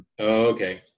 okay